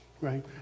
right